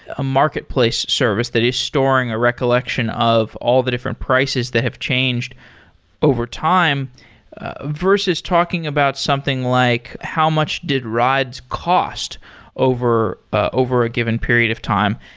a marketplace service that is storing a recollection of all the different prices that have changed over time versus talking about something like, how much did rides cost over over a given period of time.